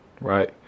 right